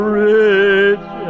rich